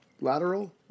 Lateral